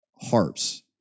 harps